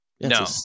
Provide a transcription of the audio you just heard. No